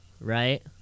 right